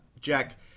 Jack